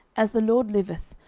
as the lord liveth,